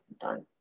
done